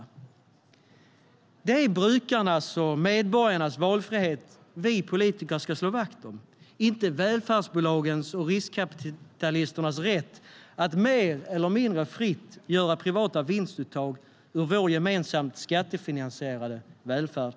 Det är brukarnas och medborgarnas valfrihet som vi politiker ska slå vakt om, inte välfärdsbolagens och riskkapitalisternas rätt att mer eller mindre fritt göra privata vinstuttag ur vår gemensamt skattefinansierade välfärd.